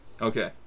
Okay